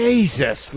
Jesus